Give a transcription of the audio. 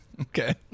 Okay